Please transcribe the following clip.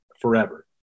forever